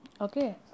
Okay